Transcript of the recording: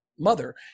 mother